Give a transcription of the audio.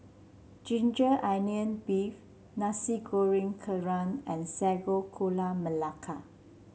ginger onion beef Nasi Goreng Kerang and Sago Gula Melaka